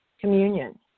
communion